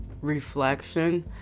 reflection